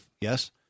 Yes